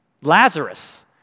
Lazarus